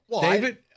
David